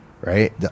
right